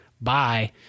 Bye